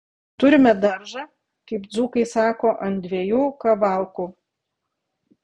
turime daržą kaip dzūkai sako ant dviejų kavalkų